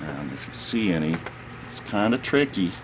and see any kind of tricky